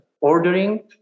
ordering